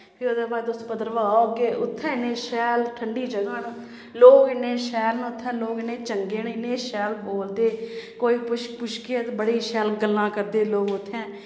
फिर ओह्दे बाद तुस भद्रवाह् औग्गे उत्थें इ'न्ने शैल ठंडी जगह् न लोग इन्ने शैल न उत्थें लोग इन्ने शैल चंगे इ'न्ने शैल बोलदे कोई पुच्छ पुच्छगे ते बड़ी शैल गल्लां करदे लोग उत्थैं